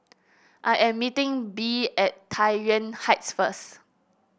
I am meeting Bee at Tai Yuan Heights first